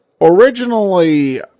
originally